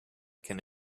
can